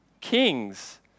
kings